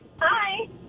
Hi